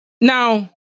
Now